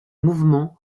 mouvement